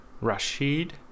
Rashid